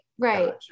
Right